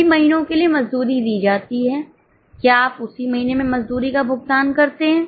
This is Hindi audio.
सभी महीनों के लिए मजदूरी दी जाती है क्या आप उसी महीने में मजदूरी का भुगतान करते हैं